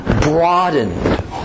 broadened